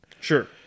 Sure